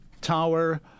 tower